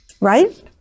right